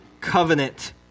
covenant